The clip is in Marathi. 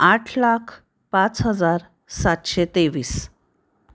आठ लाख पाच हजार सातशे तेवीस